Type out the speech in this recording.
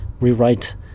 rewrite